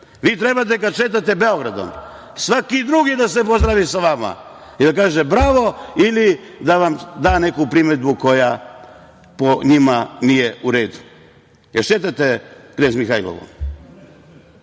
Vi trebate kada šetate Beogradom, svaki drugi da se pozdravi sa vama i da kaže - bravo ili da vam da neku primedbu koja po njima nije u redu. Jel šetate Knez Mihailovom?